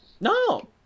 no